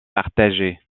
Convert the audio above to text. partagée